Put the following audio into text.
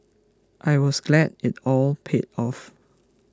I was glad it all paid off